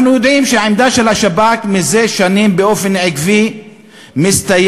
אנחנו יודעים שהעמדה של השב"כ מזה שנים באופן עקבי מסתייגת,